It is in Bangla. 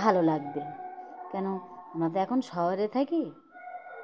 ভালো লাগবে কেন আমরা তো এখন শহরে থাকি